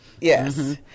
Yes